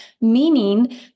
meaning